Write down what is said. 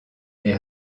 est